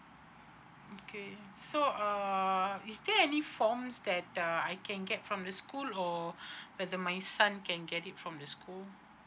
okay so uh is there any form that uh I can get from the school or that the my son can get it from the school